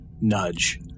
Nudge